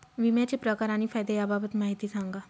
विम्याचे प्रकार आणि फायदे याबाबत माहिती सांगा